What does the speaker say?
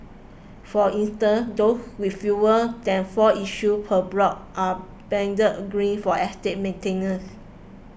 for instance those with fewer than four issues per block are banded green for estate maintenance